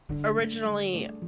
Originally